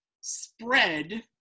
spread